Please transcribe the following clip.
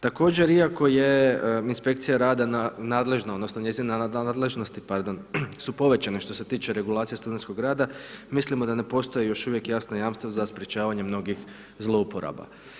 Također, iako je inspekcija rada nadležna, odnosno njezina nadležnosti su povećane što se tiče regulacije studentskog rada mislimo da ne postoji još uvijek jasno jamstvo za sprječavanje mnogih zlouporaba.